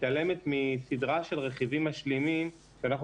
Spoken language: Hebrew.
מתעלמת מסדרה של רכיבים משלימים כשאנחנו